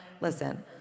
listen